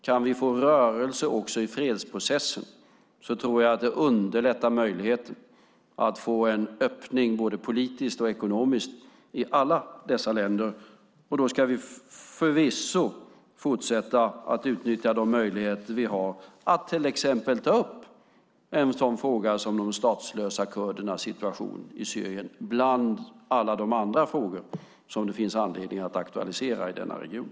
Kan vi få rörelse också i fredsprocessen tror jag att det underlättar möjligheten att få en öppning både politiskt och ekonomiskt i alla dessa länder. Då ska vi förvisso fortsätta att utnyttja de möjligheter som vi har att till exempel ta upp frågan om de statslösa kurdernas situation i Syrien, bland alla de andra frågor som det finns anledning att aktualisera i denna region.